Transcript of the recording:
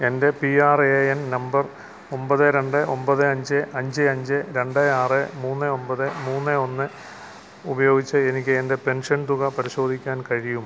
എൻ്റെ P R A N number ഒമ്പത് രണ്ട് ഒമ്പത് അഞ്ച് അഞ്ച് അഞ്ച് രണ്ട് ആറ് മൂന്ന് ഒമ്പത് മൂന്ന് ഒന്ന് ഉപയോഗിച്ച് എനിക്ക് എൻ്റെ പെൻഷൻ തുക പരിശോധിക്കാൻ കഴിയുമോ